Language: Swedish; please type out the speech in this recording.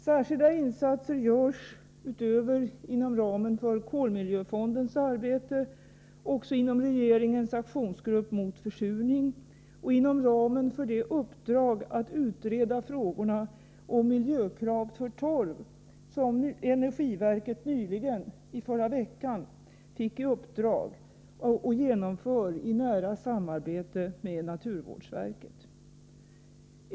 Särskilda insatser görs, utöver vad som utförs inom ramen för kolmiljöfondens arbete, också inom regeringens aktionsgrupp mot försurning och inom ramen för de uppdrag att utreda frågorna om miljökrav för torv som energiverket nyligen — i förra veckan — fått och genomför i nära samarbete med naturvårdsverket.